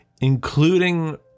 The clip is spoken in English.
including